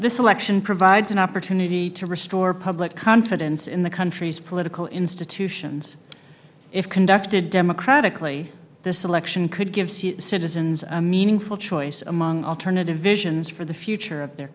this election provides an opportunity to restore public confidence in the country's political institutions if conducted democratically the selection could give c citizens a meaningful choice among alternative visions for the future of their